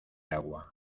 agua